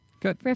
Good